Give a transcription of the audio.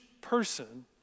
person